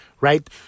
right